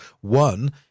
One